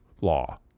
law